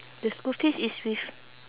the school fees is with